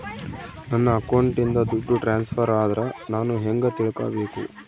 ನನ್ನ ಅಕೌಂಟಿಂದ ದುಡ್ಡು ಟ್ರಾನ್ಸ್ಫರ್ ಆದ್ರ ನಾನು ಹೆಂಗ ತಿಳಕಬೇಕು?